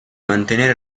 mantenere